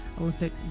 Olympic